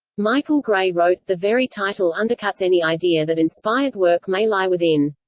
michael gray wrote the very title undercuts any idea that inspired work may lie within.